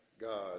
God